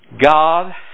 God